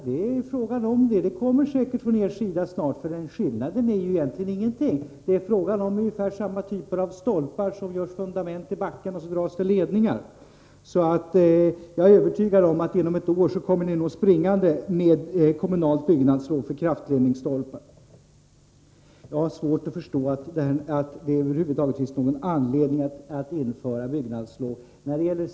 Det är just det som är frågan. Det kommer säkert ett förslag från er sida snart, för skillnaden är ju egentligen obefintlig. Det är fråga om ungefär samma typer av stolpar som när man gör fundament i backen och drar ledningar. Jag är övertygad om att ni inom ett år kommer springande med förslag om kommunalt byggnadslov för kraftledningsstolpar. Jag har svårt att förstå att det över huvud taget finns anledning att införa byggnadslov.